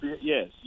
Yes